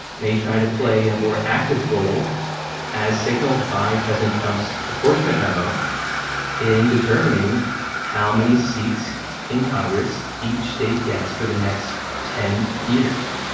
may try to play a more active role as signaled by president trump's apportionment memo in determining how many seats in congress each state gets for the next ten years